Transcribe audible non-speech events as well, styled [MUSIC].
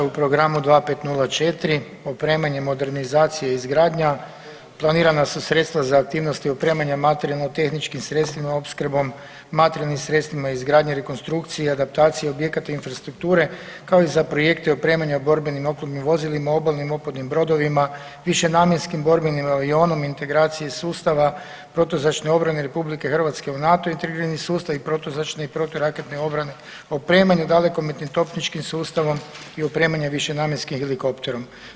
U programu 2504 opremanje, modernizacija i izgradnja planirana su sredstva za aktivnosti opremanje materijalno-tehničkim sredstvima, opskrbom, materijalnim sredstvima, izgradnje, rekonstrukcija, adaptacija objekata infrastrukture kao i za projekte opremanja borbenim oklopnim vozilima obalnim oklopnim brodovima, višenamjenskim borbenim avionom, integraciji sustava, protuzračne obrane Republike Hrvatske u NATO-u i … [UNINTELLIGIBLE] sustav i protuzračne i proturaketne obrane, opremanju dalekometnim topničkim sustavom i opremanje višenamjenskim helikopterom.